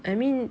I mean